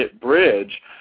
bridge